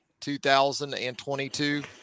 2022